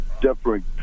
different